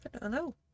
Hello